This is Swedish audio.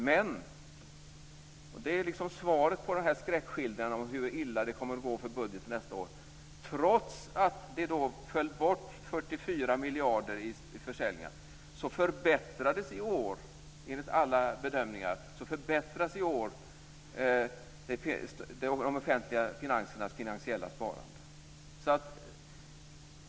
Men - och det är svaret på de skräckskildringar om hur illa det kommer att gå för budgeten nästa år - trots att det föll bort 44 miljarder i försäljningar förbättrades enligt alla bedömningar de offentliga finansernas finansiella sparande i år.